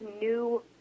new